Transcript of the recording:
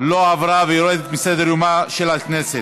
לא עברה, ויורדת מסדר-יומה של הכנסת.